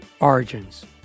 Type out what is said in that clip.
Origins